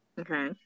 Okay